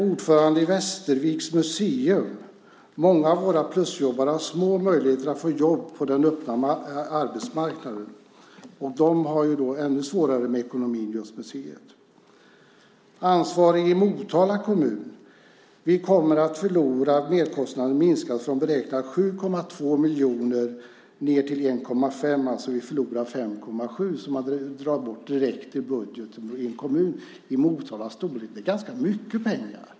Ordföranden i Västerviks Museum säger: "Många av våra plusjobbare har små möjligheter att få jobb på den öppna arbetsmarknaden." Just museet har ju ännu svårare med ekonomin. Ansvarig i Motala kommun säger att ersättningen för merkostnaderna kommer att minska från beräknade 7,2 miljoner till 1,5 miljoner, alltså förlorar man 5,7 miljoner som man drar bort direkt i budgeten i en kommun i Motalas storlek. Det är ganska mycket pengar!